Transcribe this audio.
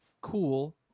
cool